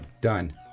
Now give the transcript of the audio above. done